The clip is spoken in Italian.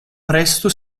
presto